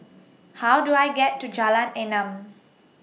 How Do I get to Jalan Enam